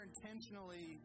intentionally